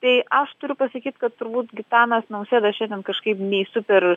tai aš turiu pasakyt kad turbūt gitanas nausėda šiandien kažkaip nei super